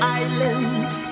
islands